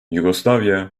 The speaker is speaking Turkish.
yugoslavya